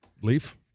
Leaf